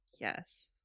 Yes